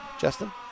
Justin